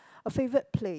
a favourite place